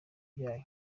byayo